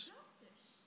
Doctors